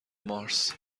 مارس